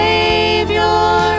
Savior